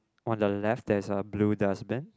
on the left there's a blue dustbin